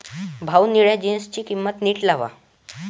भाऊ, निळ्या जीन्सची किंमत नीट लावा